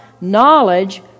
knowledge